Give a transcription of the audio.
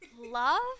Love